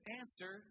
answer